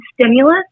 stimulus